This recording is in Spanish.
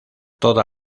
toda